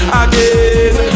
again